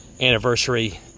anniversary